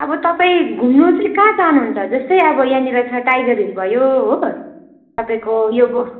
अब तपाईँ घुम्नु चाहिँ कहाँ जानुहुन्छ जस्तै अब यहाँनिर छ टाइगर हिल भयो तपाईँको यो